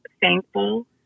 thankful